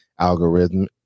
algorithm